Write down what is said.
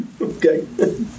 Okay